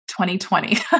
2020